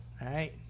right